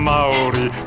Maori